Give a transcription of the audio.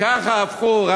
וככה הפכו,